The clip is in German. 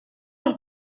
auch